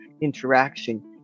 interaction